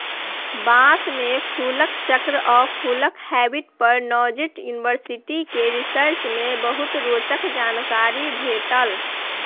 बाँस मे फुलक चक्र आ फुलक हैबिट पर नैजिंड युनिवर्सिटी केर रिसर्च मे बहुते रोचक जानकारी भेटल